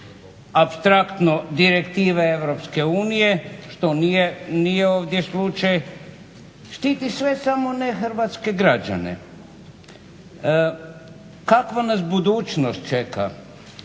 apstraktno direktive EU što nije ovdje slučaj, štiti sve samo ne hrvatske građane. Kakva nas budućnost čeka?